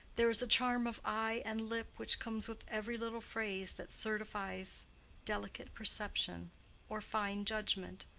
there is a charm of eye and lip which comes with every little phrase that certifies delicate perception or fine judgment,